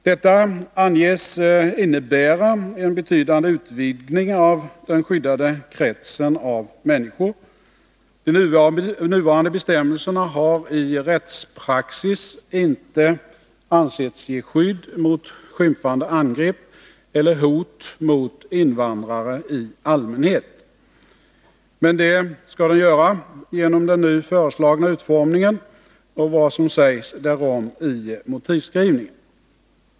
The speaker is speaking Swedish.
Detta anges innebära en betydande utvidgning av den skyddade kretsen av människor. De nuvarande bestämmelserna har i rättspraxis inte ansetts ge skydd mot skymfande angrepp eller hot mot invandrare i allmänhet. Men det skall lagen göra genom den nu föreslagna utformningen och vad som sägs därom i motivskrivningen.